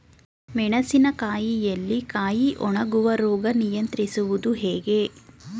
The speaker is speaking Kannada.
ಮೆಣಸಿನ ಕಾಯಿಯಲ್ಲಿ ಕಾಯಿ ಒಣಗುವ ರೋಗ ನಿಯಂತ್ರಿಸುವುದು ಹೇಗೆ?